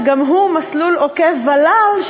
שגם הוא מסלול עוקף ול"ל,